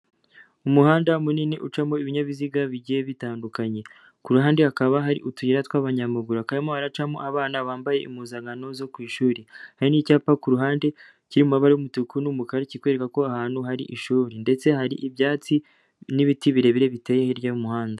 Umuhanda munini ucamo ibinyabiziga bigiye bitandukanye, ku ruhande hakaba hari utuyira tw'abanyamaguru, hakaba harimo haracamo abana bambaye impuzankano zo ku ishuri, hari n'icyapa kuhande kiri mu mabara y'umutuku n'umukara kikwereka ko aho hantu hari ishuri ndetse hari ibyatsi n'ibiti birebire biteye hirya y'umuhanda.